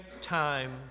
time